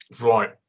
Right